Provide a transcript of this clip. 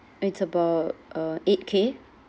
it's about uh eight K